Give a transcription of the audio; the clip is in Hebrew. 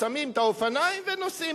שמים את האופניים ונוסעים,